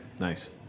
Nice